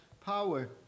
power